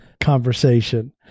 conversation